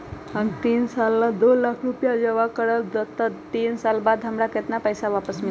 हम तीन साल ला दो लाख रूपैया जमा करम त तीन साल बाद हमरा केतना पैसा वापस मिलत?